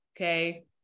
Okay